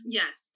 yes